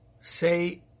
Say